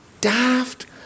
daft